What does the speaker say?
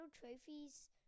trophies